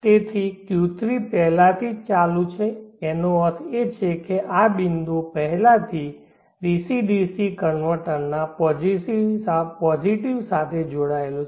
તેથી Q3 પહેલાથી જ ચાલુ છે જેનો અર્થ છે કે આ બિંદુ પહેલાથી ડીસી ડીસી કન્વર્ટરના પોઝિટિવ સાથે જોડાયેલ છે